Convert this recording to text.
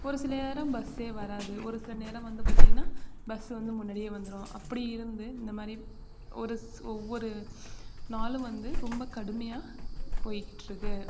ஒரு சில நேரம் பஸ்சே வராது ஒரு சில நேரம் வந்து பார்த்திங்கன்னா பஸ் வந்து முன்னடியே வந்துரும் அப்படி இருந்து இந்த மாரி ஒரு ஒவ்வொரு நாளும் வந்து ரொம்ப கடுமையாக போயிகிட்டு இருக்கு